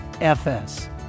FS